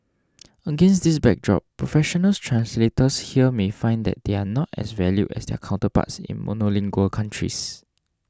against this backdrop professional translators here may find that they are not as valued as their counterparts in monolingual countries